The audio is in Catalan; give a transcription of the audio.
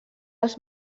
als